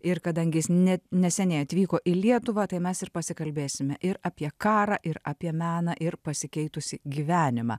ir kadangi jis net neseniai atvyko į lietuvą tai mes ir pasikalbėsime ir apie karą ir apie meną ir pasikeitusį gyvenimą